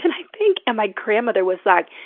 and i think, and my grandmother was like,